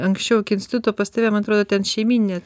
anksčiau iki instituto pas tave man atrodo ten šeimyninė